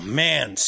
man